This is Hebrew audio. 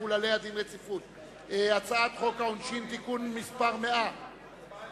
התשס"ח 2008. מי בעד,